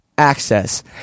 access